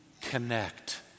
connect